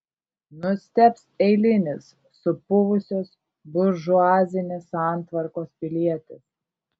nustebs eilinis supuvusios buržuazinės santvarkos pilietis